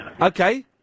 Okay